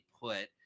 put